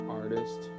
artist